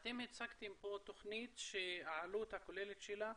אתם הצגתם פה תוכנית שהעלות הכוללת שלה